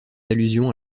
allusions